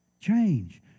change